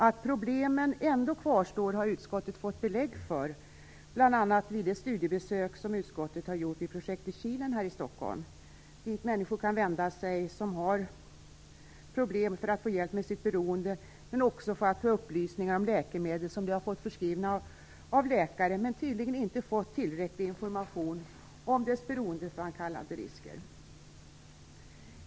Att problemen ändå kvarstår har utskottet fått belägg för, bl.a. vid det studiebesök som utskottet har gjort vid projektet Kilen här i Stockholm, dit människor som har problem kan vända sig för att få hjälp med sitt beroende, men också för att få upplysningar om läkemedel som de har fått förskrivna av läkare, men tydligen inte fått tillräcklig information om dess beroendeframkallande risker.